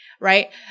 right